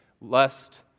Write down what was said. lest